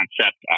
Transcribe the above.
concept